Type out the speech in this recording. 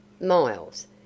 Miles